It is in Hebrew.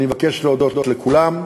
אני מבקש להודות לכולם.